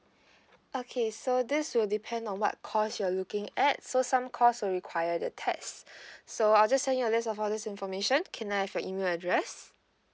okay so this will depend on what course you're looking at so some course will require the test so I'll just send you a list of all this information can I have your email address